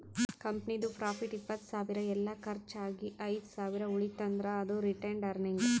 ಕಂಪನಿದು ಪ್ರಾಫಿಟ್ ಇಪ್ಪತ್ತ್ ಸಾವಿರ ಎಲ್ಲಾ ಕರ್ಚ್ ಆಗಿ ಐದ್ ಸಾವಿರ ಉಳಿತಂದ್ರ್ ಅದು ರಿಟೈನ್ಡ್ ಅರ್ನಿಂಗ್